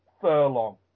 Furlong